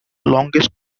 longest